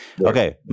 Okay